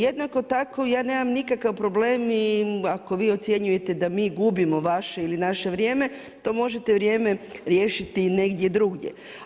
Jednako tako ja nemam nikakav problem i ako vi ocjenjujete da mi gubimo vaše ili naše vrijeme, to možete vrijeme riješiti negdje drugdje.